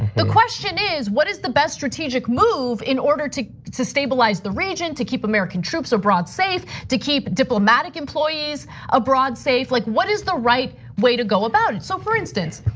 the question is, is, what is the best strategic move in order to to stabilize the region, to keep american troops abroad safe, to keep diplomatic employees abroad safe? like what is the right way to go about it? so for instance,